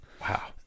Wow